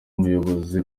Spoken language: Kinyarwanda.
ubuyobozi